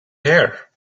hair